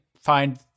find